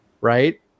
right